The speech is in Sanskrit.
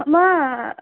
मम